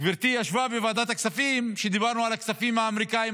גברתי ישבה בוועדת הכספים כשדיברנו על הכספים האמריקניים,